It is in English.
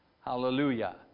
Hallelujah